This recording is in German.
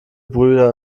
brüder